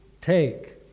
take